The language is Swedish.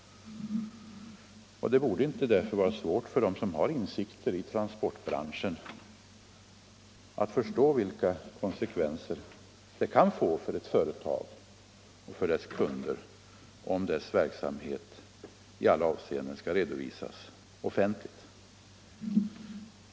Det borde därför inte vara svårt för dem som har insikter i transportbranschen att förstå vilka konsekvenser det kan få för ett företag och för dess kunder, om dess verksamhet i alla avseenden redovisas offentligt.